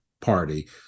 party